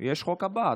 יש החוק הבא.